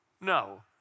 No